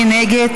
מי נגד?